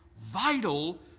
vital